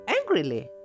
angrily